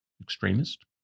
extremist